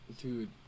Dude